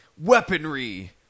Weaponry